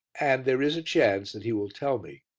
and there is a chance that he will tell me,